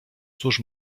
cóż